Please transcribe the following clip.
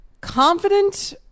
Confident